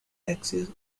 axis